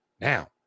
Now